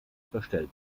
verstellt